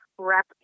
wrap